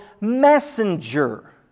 messenger